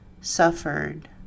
suffered